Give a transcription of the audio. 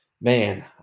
man